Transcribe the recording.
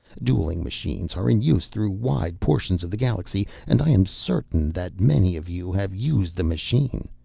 duelling machines are in use through wide portions of the galaxy, and i am certain that many of you have used the machine.